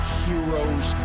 heroes